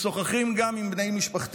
משוחחים גם עם בני משפחתי,